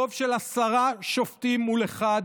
רוב של עשרה שופטים מול אחד,